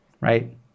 right